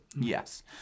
Yes